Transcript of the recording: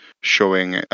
showing